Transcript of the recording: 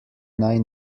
naj